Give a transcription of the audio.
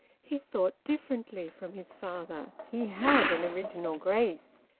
he thought differently from his father. he had an original grace.